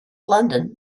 london